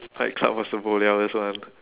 fight club also bo liao this one